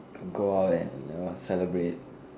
go out and what celebrate